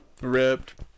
ripped